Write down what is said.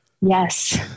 Yes